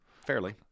Fairly